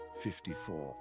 54